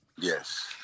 Yes